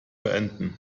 beenden